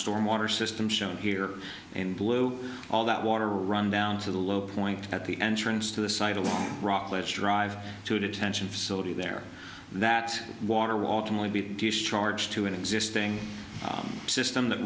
storm water system shown here in blue all that water run down to the low point at the entrance to the site of rockledge drive to a detention facility there that water walton would be charged to an existing system that